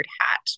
hat